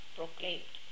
proclaimed